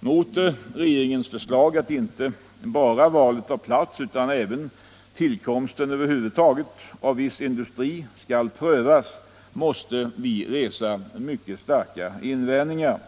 Mot regeringens förslag att inte bara valet av plats utan även tillkomsten över huvud taget av viss industri skall prövas måste vi resa mycket starka invändningar.